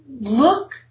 look